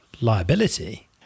liability